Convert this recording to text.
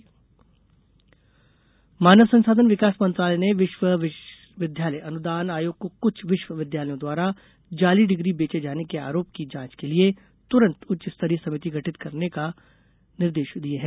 विश्व विद्यालय आयोग मानव संसाधन विकास मंत्रालय ने विश्व विद्यालय अनुदान आयोग को कुछ विश्व विद्यालयों द्वारा जाली डिग्री बेचे जाने के आरोप की जांच के लिए तुरन्त उच्च स्तरीय समिति गठित करने का निर्देश दिये हैं